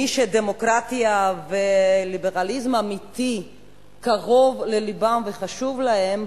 מי שדמוקרטיה וליברליזם אמיתי קרובים ללבם וחשובים להם,